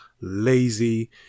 lazy